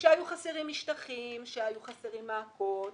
שהיו חסרים משטחים, שהיו חסרים מעקות,